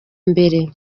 mbere